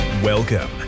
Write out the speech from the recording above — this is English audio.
Welcome